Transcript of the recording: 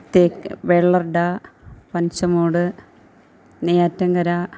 തെക് Vellarada Panachamoodu Neyyattinkara